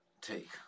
take